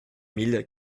mille